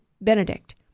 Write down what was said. Benedict